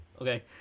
Okay